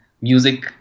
music